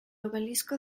obelisco